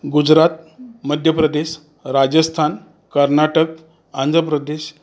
Gujarat Madhya Pradesh Rajasthan Karnataka Andhra Pradesh